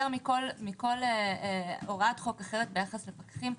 יותר מכל הוראת חוק אחרת ביחס לפקחים.